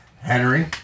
Henry